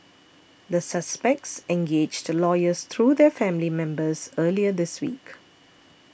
the suspects engaged lawyers through their family members earlier this week